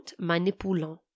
manipulant